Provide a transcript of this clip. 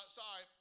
Sorry